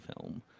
film